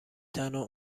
تنها